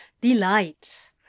Delight